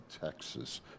Texas